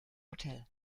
hotel